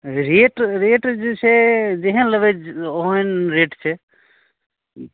rate rate जे छै जेहन लेबै ओहन रेट छै